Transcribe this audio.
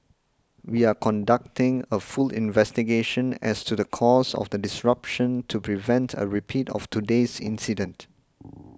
we are conducting a full investigation as to the cause of the disruption to prevent a repeat of today's incident